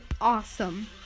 awesome